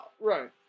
Right